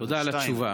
תודה על התשובה.